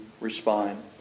respond